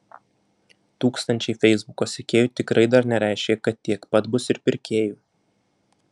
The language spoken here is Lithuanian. tūkstančiai feisbuko sekėjų tikrai dar nereiškia kad tiek pat bus ir pirkėjų